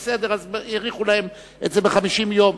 בסדר, אז האריכו להם את זה ב-50 יום.